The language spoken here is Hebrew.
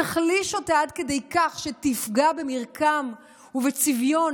תחליש אותה עד כדי כך שתפגע במרקם ובצביון